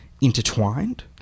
intertwined